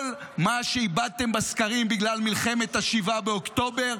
כל מה שאיבדתם בסקרים בגלל מלחמת 7 באוקטובר,